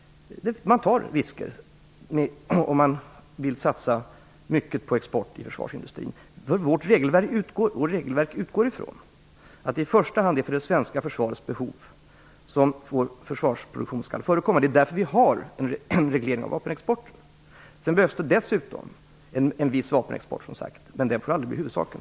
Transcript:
Man tar risker om man vill satsa på export inom försvarsindustrin. Vårt regelverk utgår från att det i första hand är för det svenska försvarets behov som försvarsproduktion får förekomma. Det är därför som vi har en reglerad vapenexport. Sedan behövs det dessutom en viss annan vapenexport, men det får aldrig bli huvudsaken.